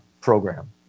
program